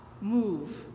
move